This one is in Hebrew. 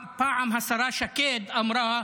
פעם השרה שקד אמרה,